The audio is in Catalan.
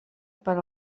per